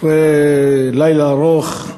אחרי לילה ארוך,